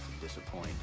disappoint